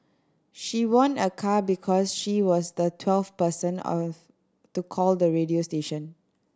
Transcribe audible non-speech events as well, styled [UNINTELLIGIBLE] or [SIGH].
she won a car because she was the twelfth person [UNINTELLIGIBLE] to call the radio station